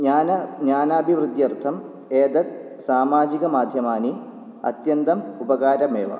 ज्ञान ज्ञानाभिवृद्ध्यर्थम् एतत् सामाजिकमाध्यमानि अत्यन्तम् उपकारमेव